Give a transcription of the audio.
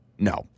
No